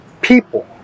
people